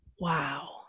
Wow